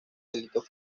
delitos